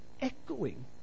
echoing